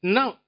Now